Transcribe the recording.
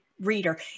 reader